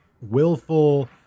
willful